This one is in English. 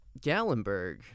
Gallenberg